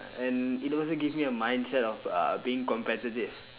and it also give me a mindset of uh being competitive